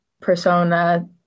persona